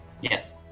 Yes